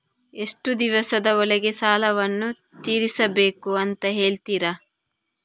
ಎಷ್ಟು ದಿವಸದ ಒಳಗೆ ಸಾಲವನ್ನು ತೀರಿಸ್ಬೇಕು ಅಂತ ಹೇಳ್ತಿರಾ?